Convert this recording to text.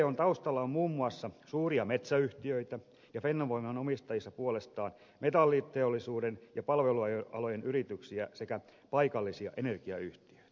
tvon taustalla on muun muassa suuria metsäyhtiöitä ja fennovoiman omistajissa puolestaan metalliteollisuuden ja palvelualojen yrityksiä sekä paikallisia energiayhtiöitä